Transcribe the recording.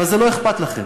אבל זה לא אכפת לכם.